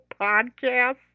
podcast